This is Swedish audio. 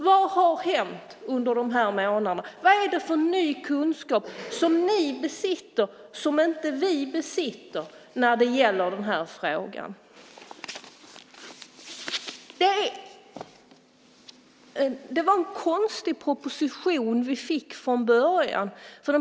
Vad har hänt under de här månaderna? Vad är det för ny kunskap som ni besitter som inte vi besitter när det gäller denna fråga? Det var en konstig proposition vi fick från början.